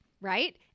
Right